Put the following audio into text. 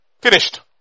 Finished